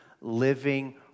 living